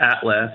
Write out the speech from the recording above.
Atlas